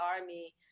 army